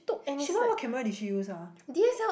she what what camera did she use ah